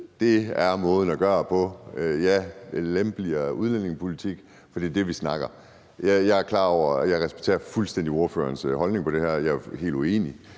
det er måden at gøre det på – en lempeligere udlændingepolitik, for det er det, vi snakker om. Jeg respekterer fuldstændig ordførerens holdning på det her område, og jeg er helt uenig,